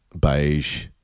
beige